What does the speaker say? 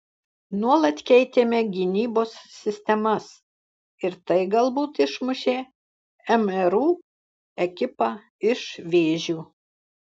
nuolat keitėme gynybos sistemas ir tai galbūt išmušė mru ekipą iš vėžių